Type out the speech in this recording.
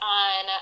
on